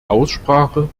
aussprache